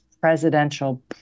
presidential